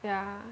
yeah